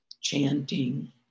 chanting